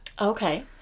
Okay